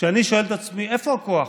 כשאני שואל את עצמי: איפה הכוח?